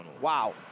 Wow